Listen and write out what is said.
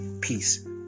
peace